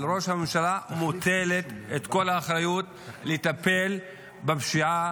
על ראש הממשלה מוטלת כל האחריות לטפל בפשיעה